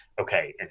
okay